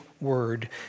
word